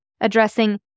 addressing